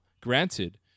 granted